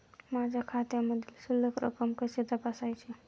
माझ्या खात्यामधील शिल्लक रक्कम कशी तपासायची?